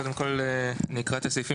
נקרא קודם כל את הסעיפים.